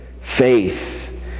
faith